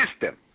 system